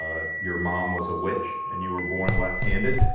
ah your mom was a witch and you were born left handed,